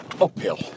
uphill